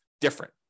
different